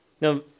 Now